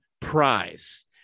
prize